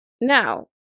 Now